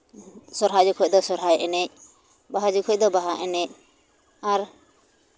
ᱥᱚᱨᱦᱟᱭ ᱡᱚᱠᱷᱚᱱ ᱫᱚ ᱥᱚᱨᱦᱟᱭ ᱮᱱᱮᱡ ᱵᱟᱦᱟ ᱡᱚᱠᱷᱚᱱ ᱫᱚ ᱵᱟᱦᱟ ᱮᱱᱮᱡ ᱟᱨ